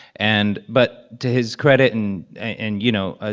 and but to his credit and and, you know, ah